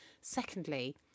Secondly